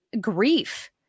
grief